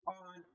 on